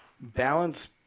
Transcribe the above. Balance